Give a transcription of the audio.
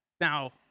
now